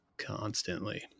constantly